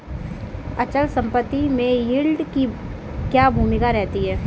अचल संपत्ति में यील्ड की क्या भूमिका रहती है?